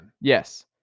Yes